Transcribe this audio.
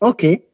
Okay